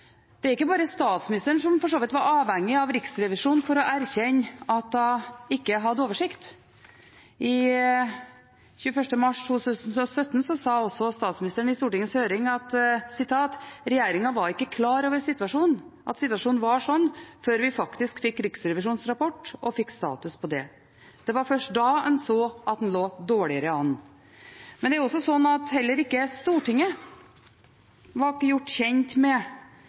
så vidt ikke bare statsministeren som er avhengig av Riksrevisjonen for å erkjenne at hun ikke hadde oversikt. Den 21. mars 2017 sa statsministeren følgende i Stortingets høring: «Regjeringen var ikke klar over at situasjonen var sånn før vi faktisk fikk Riksrevisjonens rapport og fikk status på det. Det var da man først så at det lå dårligere an.» Heller ikke Stortinget var gjort kjent med